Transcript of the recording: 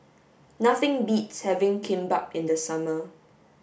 nothing beats having Kimbap in the summer